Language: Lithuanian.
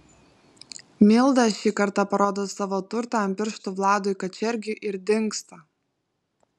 milda šį kartą parodo savo turtą ant pirštų vladui kačergiui ir dingsta